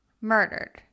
murdered